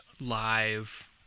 live